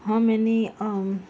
ہاں میں نے